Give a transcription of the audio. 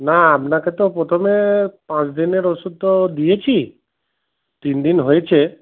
না আপনাকে তো প্রথমে পাঁচ দিনের ওষুধ তো দিয়েছি তিন দিন হয়েছে